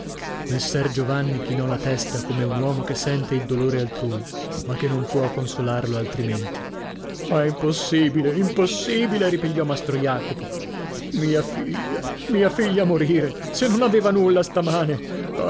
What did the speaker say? messer giovanni chinò la testa come un uomo che sente il dolore altrui ma che non può consolarlo altrimenti ma è impossibile impossibile ripigliò mastro jacopo mia figlia mia figlia morire se non aveva nulla stamane